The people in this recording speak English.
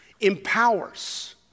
empowers